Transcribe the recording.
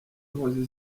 nkozi